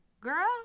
girl